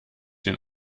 den